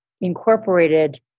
incorporated